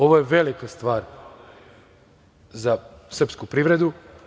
Ovo je velika stvar za srpsku privredu.